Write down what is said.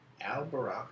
Al-Barak